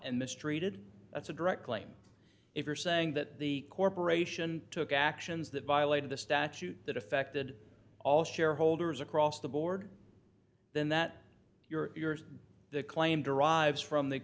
and mistreated that's a direct claim if you're saying that the corporation took actions that violated the statute that affected all shareholders across the board then that your claim derives from the